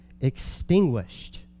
extinguished